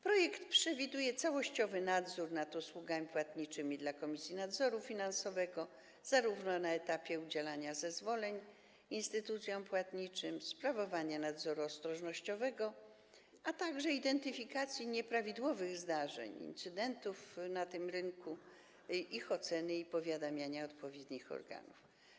Projekt przewiduje sprawowanie całościowego nadzoru nad usługami płatniczymi przez Komisję Nadzoru Finansowego na etapie zarówno udzielania zezwoleń instytucjom płatniczym, sprawowania nadzoru ostrożnościowego, jak i identyfikacji nieprawidłowych zdarzeń, incydentów na tym rynku, ich oceny i powiadamiania odpowiednich organów.